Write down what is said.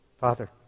Father